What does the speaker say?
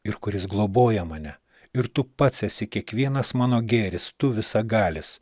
ir kuris globoja mane ir tu pats esi kiekvienas mano gėris tu visagalis